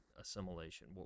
assimilation